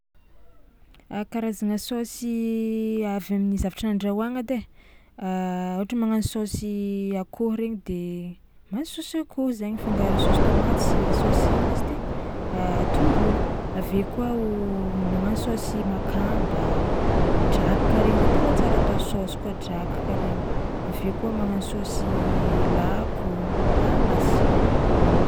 A karazagna saosy avy amin'ny zavatra nandrahoagna edy ai: ôhatra magnano saosy akôho regny de mahazo saosy akôho zainy fangaro saosy tômaty sy saosy ino izy ty, tongolo, avy eo koa o magnano saosy makamba, drakaka regny zao tegna tsara atao saosy koa drakaka regny, avy eo koa magnano saosy lako, ah masiro ai!